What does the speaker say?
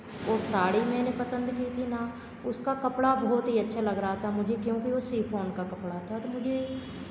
वो साड़ी मैंने पसंद की थी ना उसका कपड़ा बहुत ही अच्छा लग रहा था मुझे क्योंकी वो शिफॉन का कपड़ा था तो मुझे